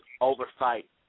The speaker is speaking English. oversight